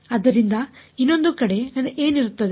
ಆದ್ದರಿಂದ ಇನ್ನೊಂದು ಕಡೆ ಏನು ಇರುತ್ತದೆ